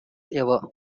ever